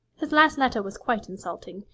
his last letter was quite insulting.